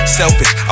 selfish